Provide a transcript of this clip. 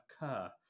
occur